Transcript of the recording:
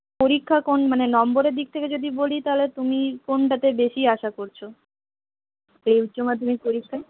পরীক্ষা কোন মানে নম্বরের দিক থেকে যদি বলি তাহলে তুমি কোনটাতে বেশি আশা করছ এই উচ্চ মাধ্যমিক পরীক্ষায়